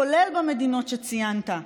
כולל במדינות שציינת,